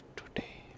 today